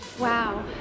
wow